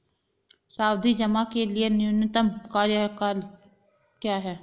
सावधि जमा के लिए न्यूनतम कार्यकाल क्या है?